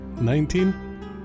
Nineteen